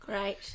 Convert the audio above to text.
Great